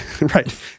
Right